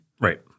Right